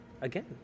Again